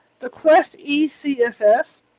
TheQuestECSS